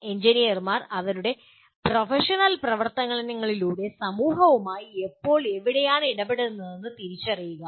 എഞ്ചിനീയർമാർ അവരുടെ പ്രൊഫഷണൽ പ്രവർത്തനങ്ങളിലൂടെ സമൂഹവുമായി എപ്പോൾ എവിടെയാണ് ഇടപെടുന്നതെന്ന് തിരിച്ചറിയുക